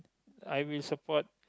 I will support